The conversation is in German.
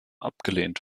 abgelehnt